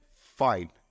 fine